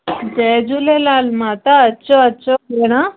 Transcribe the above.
जय झूलेलाल माता अचो अचो भेण